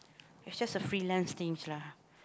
it's just a freelance things lah